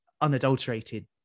unadulterated